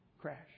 crash